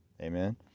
Amen